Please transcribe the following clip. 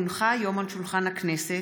כי הונחו היום על שולחן הכנסת,